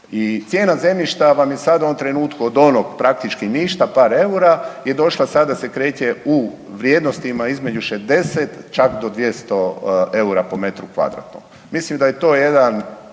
cijena zemljišta vam je sada u ovom trenutku, od onog praktički ništa, par eura je došla, sada se kreće u vrijednostima između 60, čak do 200 eura po metru kvadratnom. Mislim da je to jedan